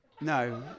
No